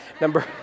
Number